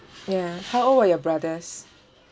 ya how old were your brothers